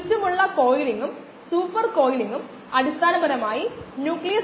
അതിനാൽ മൊത്തം കോശങ്ങളുടെ സാന്ദ്രത അളക്കുന്നതിനുള്ള രീതികളാണ് അവ